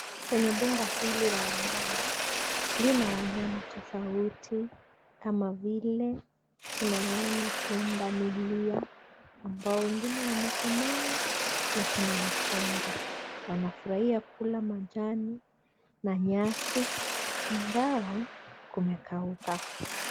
Penye mbuga hili la wanyama lina wanyama tofauti kama vile tunaona punda milia ambao wengine wamekomaa na kuna wachanga. Wanafurahia kula majani na nyasi ingawa kumekauka.